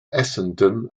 essendon